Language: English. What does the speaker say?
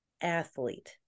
athlete